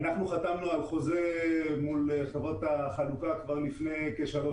אנחנו חתמנו על חוזה מול חברות החלוקה כבר לפני כשלוש